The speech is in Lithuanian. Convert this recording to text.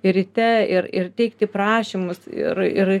ryte ir ir teikti prašymus ir ir